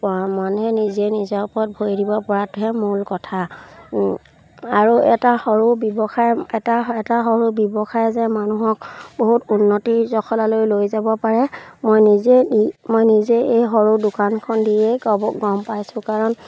প মানে নিজে নিজৰ ওপৰত ভৰি দিব পৰাটোহে মূল কথা আৰু এটা সৰু ব্যৱসায় এটা এটা সৰু ব্যৱসায়ে যে মানুহক বহুত উন্নতিৰ জখলালৈ লৈ যাব পাৰে মই নিজে মই নিজে এই সৰু দোকানখন দিয়ে গ'ব গম পাইছোঁ কাৰণ